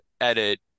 edit